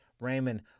Raymond